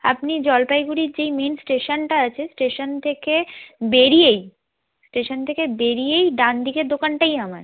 আপনি জলপাইগুড়ির যেই মেন স্টেশানটা আছে স্টেশান থেকে বেরিয়েই স্টেশান থেকে বেরিয়েই ডানদিকের দোকানটাই আমার